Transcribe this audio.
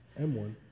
m1